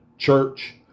church